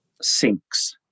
sinks